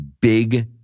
big